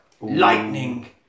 Lightning